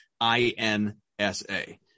I-N-S-A